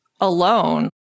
alone